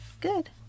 good